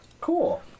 cool